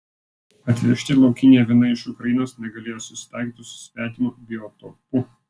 atvežti laukiniai avinai iš ukrainos negalėjo susitaikyti su svetimu biotopu